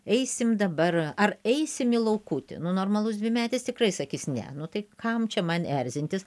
eisim dabar ar eisim į laukutį nu normalus dvimetis tikrai sakys ne nu tai kam čia man erzintis